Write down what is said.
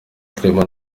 clement